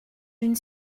une